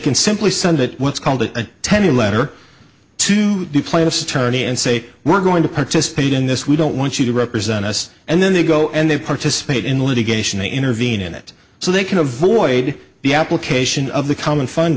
can simply send it what's called a ten year letter to the plaintiff's attorney and say we're going to participate in this we don't want you to represent us and then they go and they participate in the litigation to intervene in it so they can avoid the application of the common fun